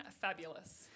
fabulous